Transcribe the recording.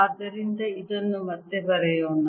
ಆದ್ದರಿಂದ ಇದನ್ನು ಮತ್ತೆ ಬರೆಯೋಣ